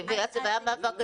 היה מאבק גדול.